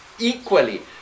Equally